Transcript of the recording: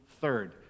third